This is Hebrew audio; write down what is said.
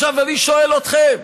עכשיו, אני שואל אתכם: